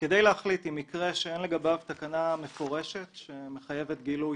כדי להחליט אם מקרה שאין לגביו תקנה מפורשת שמחייבת גילוי,